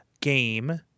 game